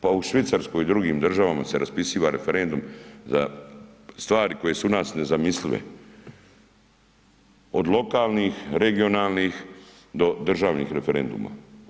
Pa u Švicarskoj i drugim državama se raspisuje referendum za stvari koje su u nas nezamislive od lokalnih, regionalnih do državnih referenduma.